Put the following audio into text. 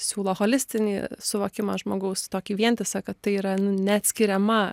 siūlo holistinį suvokimą žmogaus tokį vientisą kad tai yra nu neatskiriama